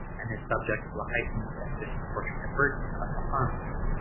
and is subject to a heightened and disproportionate burden of the harms,